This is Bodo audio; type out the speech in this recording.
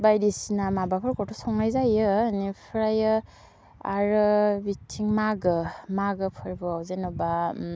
बायदिसिना माबाफोरखौथ' संनाय जायो एनिफ्रायो आरो बिथिं मागो मागो फोरबोआव जेनेबा